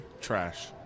trash